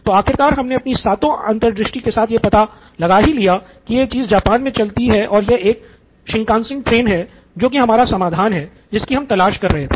तो आखिरकार हमने अपनी सातों अंतर्दृष्टि के साथ यह पता लगा ही लिया की यह चीज़ जापान में चलती है यह एक शिंकानसेन ट्रेन है जो की हमारा समाधान है जिसकी हम तलाश कर रहे थे